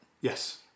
Yes